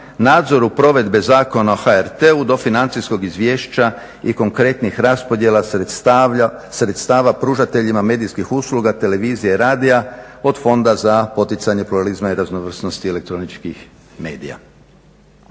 nadzoru provedbe zakona o HRT-u do financijskog izvješća i konkretnih raspodjela sredstava pružateljima medijskih usluga televizija i radija od fonda za poticanje pluralizma i raznovrsnosti elektroničkih medija.